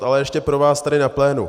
Ale ještě pro vás tady na plénu.